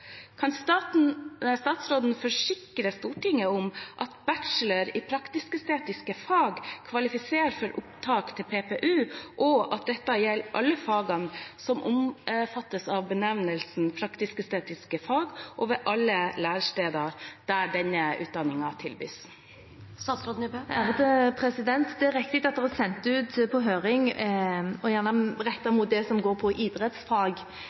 Kan statsråden forsikre Stortinget om at bachelor i praktisk-estetiske fag kvalifiserer for opptak til PPU, og at dette gjelder alle fagene som omfattes av benevnelsen «praktiske-estetiske fag», og ved alle læresteder der denne utdanningen tilbys? Det er riktig at dette er sendt ut på høring, og gjerne rettet mot det som går på idrettsfag